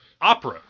opera